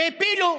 והפילו.